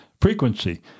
frequency